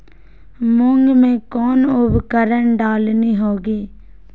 मूंग में कौन उर्वरक डालनी होगी?